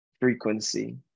frequency